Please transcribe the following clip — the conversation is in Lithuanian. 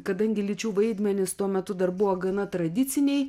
kadangi lyčių vaidmenys tuo metu dar buvo gana tradiciniai